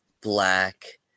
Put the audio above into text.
black